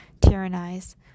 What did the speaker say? tyrannize